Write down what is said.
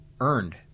earned